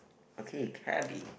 okay cabby